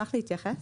להתייחס.